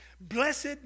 blessed